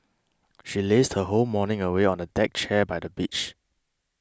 she lazed her whole morning away on a deck chair by the beach